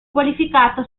qualificato